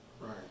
right